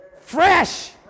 fresh